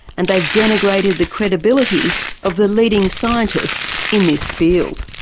and they've denigrated the credibility of the leading scientists in this field.